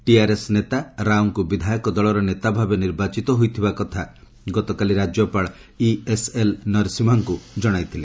TRS ନେତା ରାଓଙ୍କୁ ବିଧାୟକ ଦଳର ନେତା ଭାବେ ନିର୍ବାଚିତ ହୋଇଥିବା କଥା ଗତକାଲି ରାଜ୍ୟପାଳ ଇଏସ୍ଏଲ୍ ନରସିମ୍ହାଙ୍କୁ ଜଣାଇଥିଲେ